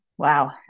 Wow